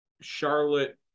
charlotte